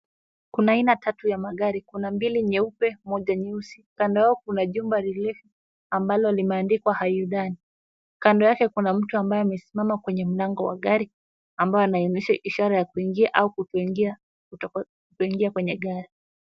Kuna aina tatu ya magari. Kuna mbili nyeupe moja nyeusi. Kando yao kuna jumba ambalo limeandikwa Hayudani. Kando yake kuna mtu ambaye amesimama kwenye mlango wa gari ambaye anaonyesha ishara ya kuingia au kutokuingia kwenye gari.